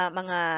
mga